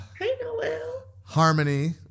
Harmony